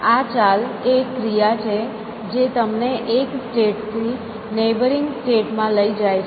આ ચાલ એ એક ક્રિયા છે જે તમને એક સ્ટેટ થી નેબરિંગ સ્ટેટ માં લઈ જાય છે